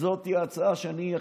זו תהיה ההצעה שאני אכניס,